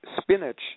spinach